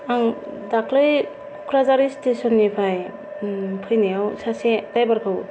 आं दाख्लै क'क्राझार स्टेसननिफ्राय फैनायाव सासे द्रायभारखौ